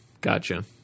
gotcha